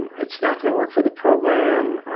it's not going to work for the program.